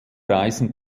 reisen